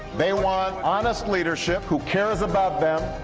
they want honest leadership who cares about them.